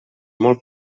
molt